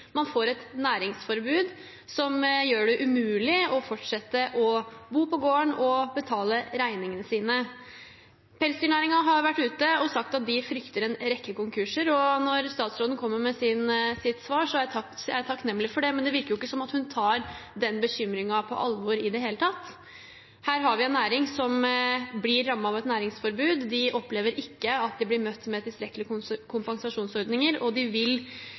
man får et næringsforbud som gjør det umulig å fortsette å bo på gården og betale regningene sine. Pelsdyrnæringen har vært ute og sagt at de frykter en rekke konkurser. Når statsråden kommer med sitt svar, er jeg takknemlig for det, men det virker ikke som hun tar bekymringen på alvor i det hele tatt. Her har vi en næring som blir rammet av et næringsforbud. De opplever ikke at de blir møtt med tilstrekkelige kompensasjonsordninger, og de frykter konkurser. Deler statsråden den bekymringen næringen selv har for dette, eller kan statsråden garantere at det ikke vil